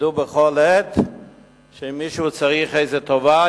ידעו בכל עת שאם מישהו צריך איזה טובה,